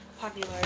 popular